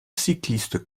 cycliste